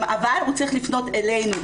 אבל הוא צריך לפנות אלינו.